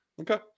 Okay